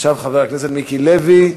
עכשיו חבר הכנסת מיקי לוי,